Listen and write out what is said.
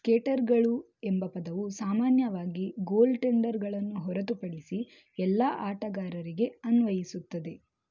ಸ್ಕೇಟರ್ಗಳು ಎಂಬ ಪದವು ಸಾಮಾನ್ಯವಾಗಿ ಗೋಲ್ಟೆಂಡರ್ಗಳನ್ನು ಹೊರತುಪಡಿಸಿ ಎಲ್ಲ ಆಟಗಾರರಿಗೆ ಅನ್ವಯಿಸುತ್ತದೆ